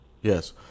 Yes